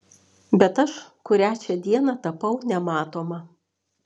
bet aš kurią čia dieną tapau nematoma